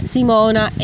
Simona